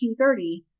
1930